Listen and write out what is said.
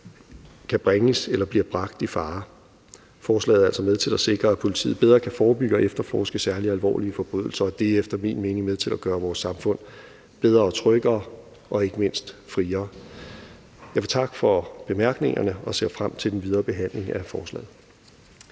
kan bringes eller bliver bragt i fare. Forslaget er altså med til at sikre, at politiet bedre kan forebygge og efterforske særlig alvorlige forbrydelser, og det er efter min mening med til at gøre vores samfund bedre og tryggere og ikke mindst friere. Jeg vil takke for bemærkningerne og ser frem til den videre behandling af forslaget.